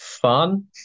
fun